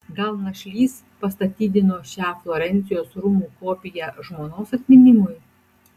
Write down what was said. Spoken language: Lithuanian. gal našlys pastatydino šią florencijos rūmų kopiją žmonos atminimui